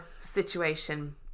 situation